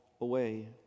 away